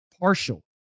partial